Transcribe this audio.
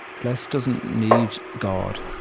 bless doesn't need god.